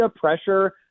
pressure